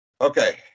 Okay